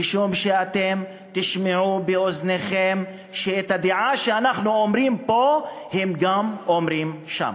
משום שאתם תשמעו באוזניכם שאת הדעה שאנחנו אומרים פה הם גם אומרים שם.